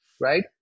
right